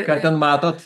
ką ten matot